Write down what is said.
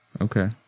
okay